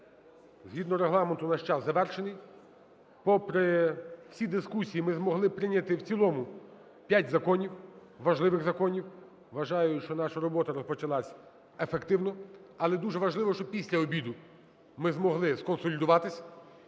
згідно Регламенту наш час завершений. Попри всі дискусії ми змогли прийняти в цілому 5 законів, важливих законів. Вважаю, що наша робота розпочалася ефективно. Але дуже важливо, щоб після обіду ми змогли сконсолідуватись,